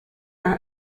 are